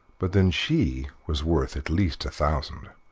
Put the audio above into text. but then she was worth at least a thousand.